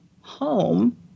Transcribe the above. home